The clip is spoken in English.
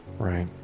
Right